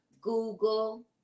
Google